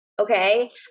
okay